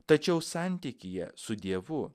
tačiau santykyje su dievu